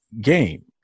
game